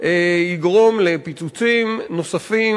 יגרום לפיצוצים נוספים